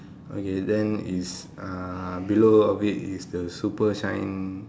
okay then is uh below of it is the super shine